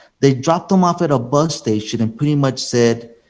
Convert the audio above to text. they dropped them off at a bus station and pretty much said